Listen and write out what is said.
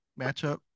matchup